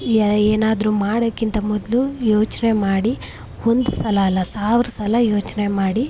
ಏ ಏನಾದರು ಮಾಡೋಕ್ಕಿಂತ ಮೊದಲು ಯೋಚನೆ ಮಾಡಿ ಒಂದು ಸಲ ಅಲ್ಲ ಸಾವಿರ ಸಲ ಯೋಚನೆ ಮಾಡಿ